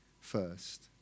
first